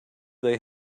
they